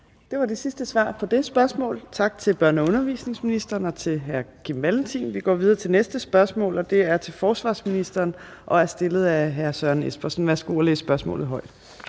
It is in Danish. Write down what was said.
Det var det sidste svar på det spørgsmål. Tak til børne- og undervisningsministeren og til hr. Kim Valentin. Vi går videre til det næste spørgsmål, og det er til forsvarsministeren og er stillet af hr. Søren Espersen. Kl. 14:20 Spm. nr.